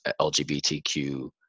LGBTQ